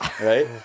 Right